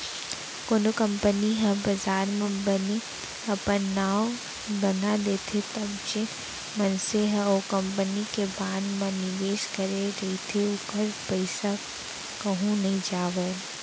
कोनो कंपनी ह बजार म बने अपन नांव बना लेथे तब जेन मनसे ह ओ कंपनी के बांड म निवेस करे रहिथे ओखर पइसा कहूँ नइ जावय